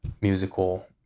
musical